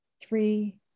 three